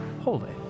holy